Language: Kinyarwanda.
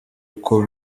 uko